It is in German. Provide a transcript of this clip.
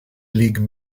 league